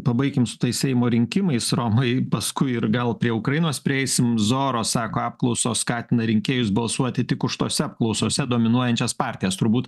pabaikim su tais seimo rinkimais romai paskui ir gal prie ukrainos prieisim zoro sako apklausos skatina rinkėjus balsuoti tik už tose apklausose dominuojančias partijas turbūt